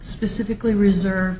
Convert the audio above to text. specifically reserve